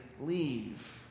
leave